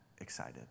excited